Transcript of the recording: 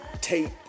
tape